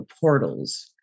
portals